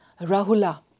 Rahula